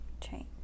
change